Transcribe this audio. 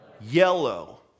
yellow